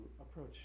approach